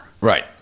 right